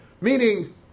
Meaning